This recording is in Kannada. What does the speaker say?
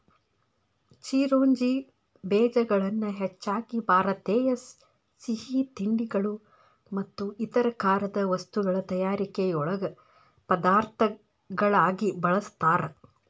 ಚಿರೋಂಜಿ ಬೇಜಗಳನ್ನ ಹೆಚ್ಚಾಗಿ ಭಾರತೇಯ ಸಿಹಿತಿಂಡಿಗಳು ಮತ್ತು ಇತರ ಖಾರದ ವಸ್ತುಗಳ ತಯಾರಿಕೆಯೊಳಗ ಪದಾರ್ಥಗಳಾಗಿ ಬಳಸ್ತಾರ